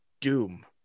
doom